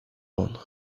one